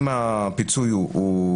אני אישרתי לך